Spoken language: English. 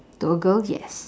to a girl yes